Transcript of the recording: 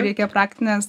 reikia praktinės